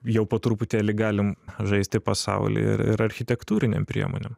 jau po truputėlį galim žaisti pasaulį ir ir architektūrinėm priemonėm